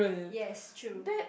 yes true